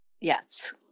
Yes